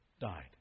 died